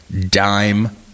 dime